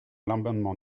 l’amendement